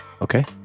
Okay